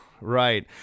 right